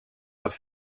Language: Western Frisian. hat